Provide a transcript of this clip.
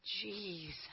Jesus